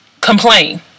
complain